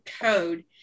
code